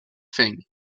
thing